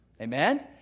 Amen